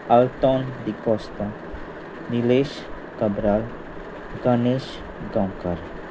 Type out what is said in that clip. Alton D'Costa Nilesh Cabral Ganesh Gaonkar